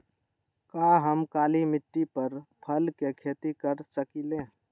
का हम काली मिट्टी पर फल के खेती कर सकिले?